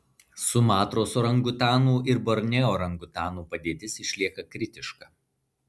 sumatros orangutanų ir borneo orangutanų padėtis išlieka kritiška